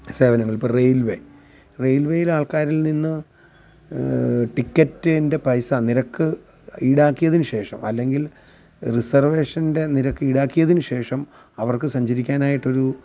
സേവനങ്ങൾ ഇപ്പോൾ റെയിൽവേ റെയിൽവേയിൽ ആൾക്കാരിൽ നിന്ന് ടിക്കറ്റിൻ്റെ പൈസ നിരക്ക് ഈടാക്കിയതിന് ശേഷം അല്ലെങ്കിൽ റിസേർവേഷൻ്റെ നിരക്ക് ഇടാക്കിയതിന് ശേഷം അവർക്ക് സഞ്ചരിക്കാനായിട്ടൊരു